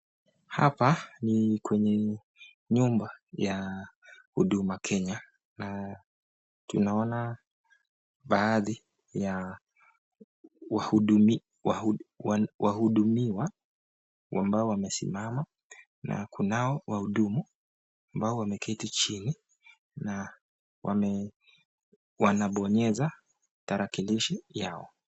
Hapa ni kwenye nyumba ya huduma Kenya, na tunaona baadhi ya wahudumiwa, ambao wamesimama na kunao wahudumu ambao wameketi chini, na wanabonyeza tarakilishi yao.